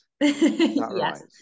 Yes